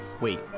Wait